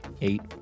Eight